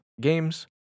games